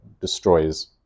destroys